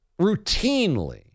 routinely